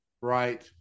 Right